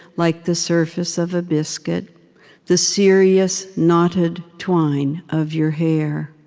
like the surface of a biscuit the serious knotted twine of your hair